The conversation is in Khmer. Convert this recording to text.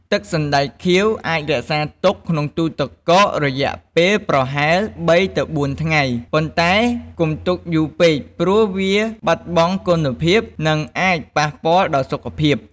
ទឹកសណ្ដែកខៀវអាចរក្សាទុកក្នុងទូទឹកកករយៈពេលប្រហែល ៣ ទៅ ៤ ថ្ងៃ ប៉ុន្តែកុំទុកយូរពេកព្រោះវាបាត់បង់គុណភាព និងអាចប៉ះពាល់ដល់សុខភាព។